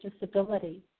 disability